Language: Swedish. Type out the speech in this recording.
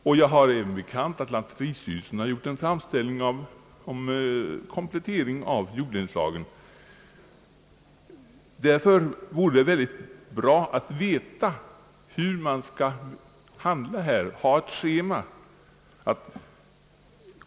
Jag har mig även bekant att lantmäteristyrelsen nyligen gjort en framställning om komplettering av jorddelningslagen. Därför vore det mycket bra att ha ett schema för att veta hur man skall handla.